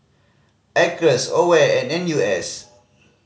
Acres AWARE and N U S